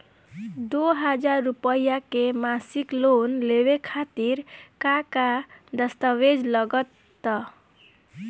दो हज़ार रुपया के मासिक लोन लेवे खातिर का का दस्तावेजऽ लग त?